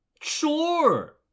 Sure